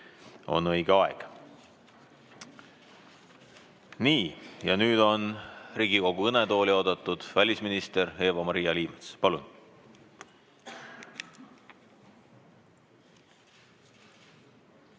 on õige aeg. Nii. Nüüd on Riigikogu kõnetooli oodatud välisminister Eva-Maria Liimets. Palun!